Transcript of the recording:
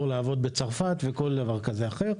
שהוא עובר לעבוד בצרפת וכל דבר כזה או אחר,